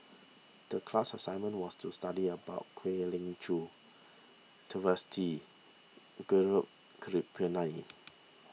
the class assignment was to study about Kwek Leng Joo Twisstii Gaurav Kripalani